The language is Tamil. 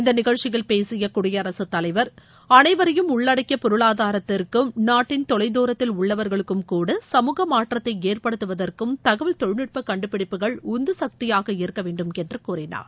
இந்த நிஷழ்ச்சியில் பேசிய குடியரகத் தலைவர் அனைவரையும் உள்ளடக்கிய பொருளாதாரத்திற்கும் நாட்டின் தொலைதூரத்தில் உள்ளவா்களுக்கும்கூட சமூக மாற்றத்தை ஏற்படுத்துவதற்கும் தகவல் தொழில்நுட்ப கண்டுபிடிப்புகள் உந்து சக்தியாக இருக்க வேண்டுமென்று கூறினார்